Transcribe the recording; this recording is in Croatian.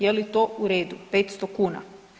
Je li to u redu, 500 kuna?